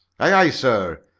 aye, aye, sir.